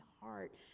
heart